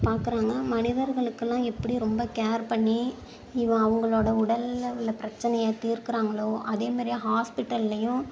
பார்க்குறாங்க மனிதர்களுக்கெலாம் எப்படி ரொம்ப கேர் பண்ணி இவன் அவங்களோடய உடலில் உள்ள பிரச்சினைய தீர்க்கிறாங்களோ அதே மாதிரியே ஹாஸ்பிட்டல்லையும்